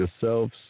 yourselves